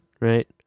right